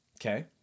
okay